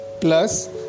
plus